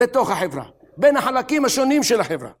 בתוך החברה, בין החלקים השונים של החברה.